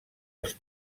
els